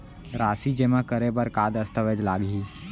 राशि जेमा करे बर का दस्तावेज लागही?